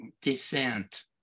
descent